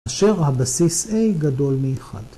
‫אשר הבסיס A גדול מאחד